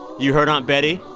you heard aunt betty.